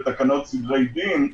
רק על תקנות לשעת חירום זה היה או בכלל?